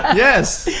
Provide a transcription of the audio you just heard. yes.